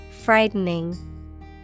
Frightening